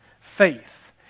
Faith